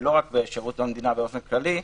ולא רק בשירות המדינה באופן כללי.